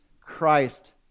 Christ